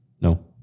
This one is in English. No